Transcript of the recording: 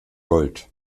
gold